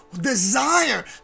desire